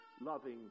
loving